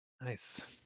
Nice